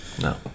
No